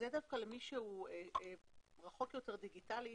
דווקא למי שהוא רחוק יותר דיגיטלית,